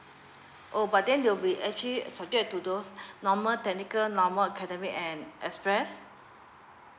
oh but then they'll be actually subject to those normal technical normal academic and express